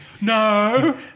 no